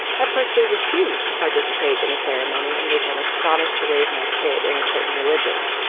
i personally refuse to participate in a ceremony in which i was promised to raise my kid in a certain religion.